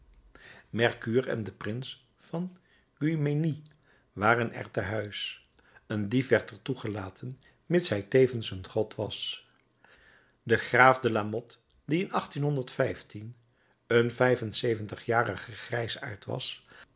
merkuur en de prins van guémenié waren er te huis een dief werd er toegelaten mits hij tevens een god was de graaf de lamothe die in eenen zeventigjarige grijsaard was